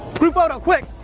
group photo quick